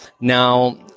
Now